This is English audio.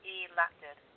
elected